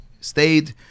stayed